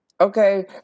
Okay